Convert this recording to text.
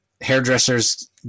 hairdresser's